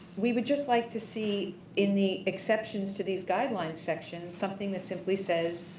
we would just like to see in the exceptions to these guideline sections, something that simply says,